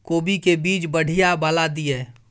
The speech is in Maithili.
कोबी के बीज बढ़ीया वाला दिय?